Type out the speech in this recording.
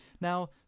Now